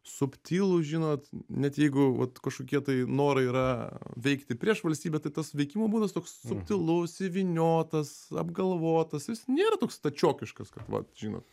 subtilų žinot net jeigu vat kažkokie tai norai yra veikti prieš valstybę tai tas veikimo būdas toks subtilus įvyniotas apgalvotas jis nėra toks stačiokiškas kad vat žinot